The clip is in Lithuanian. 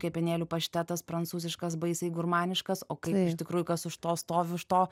kepenėlių paštetas prancūziškas baisiai gurmaniškas o kaip iš tikrųjų kas už to stovi už to